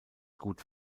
gut